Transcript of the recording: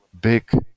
big